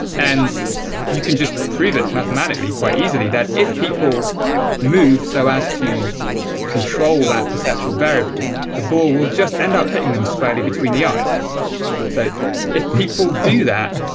and you can just prove it mathematically quite easily, that if people move so as to control that perceptual variable, the ball will just end up hitting them squarely between the eyes so if people do that,